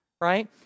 right